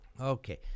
Okay